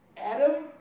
Adam